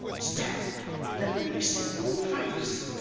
stand let me see your face